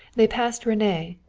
they passed rene,